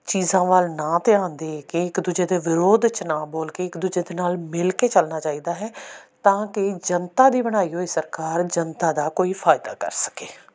ਚੀਜ਼ਾਂ ਵੱਲ ਨਾ ਧਿਆਨ ਦੇ ਕੇ ਇੱਕ ਦੂਜੇ ਦੇ ਵਿਰੋਧ 'ਚ ਨਾ ਬੋਲ ਕੇ ਇੱਕ ਦੂਜੇ ਦੇ ਨਾਲ ਮਿਲ ਕੇ ਚੱਲਣਾ ਚਾਹੀਦਾ ਹੈ ਤਾਂ ਕਿ ਜਨਤਾ ਦੀ ਬਣਾਈ ਹੋਈ ਸਰਕਾਰ ਜਨਤਾ ਦਾ ਕੋਈ ਫਾਇਦਾ ਕਰ ਸਕੇ